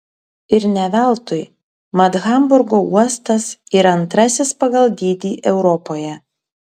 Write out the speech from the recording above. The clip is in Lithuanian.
ir ne veltui mat hamburgo uostas yra antrasis pagal dydį europoje